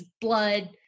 blood